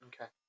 Okay